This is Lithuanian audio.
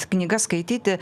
knygas skaityti